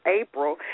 April